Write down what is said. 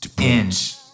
inch